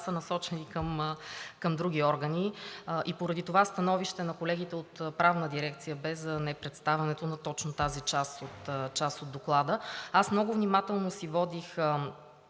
са насочени към други органи поради това становище на колегите от Правна дирекция – за непредставянето на точно тази част от Доклада. Аз много внимателно си водих